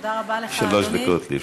שלוש דקות לרשותך.